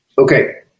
Okay